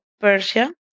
Persia